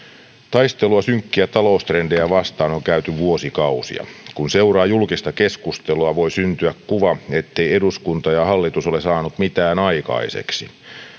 taistelua synkkiä taloustrendejä vastaan on käyty vuosikausia kun seuraa julkista keskustelua voi syntyä kuva ettei eduskunta ja hallitus ole saanut mitään aikaiseksi